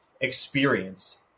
experience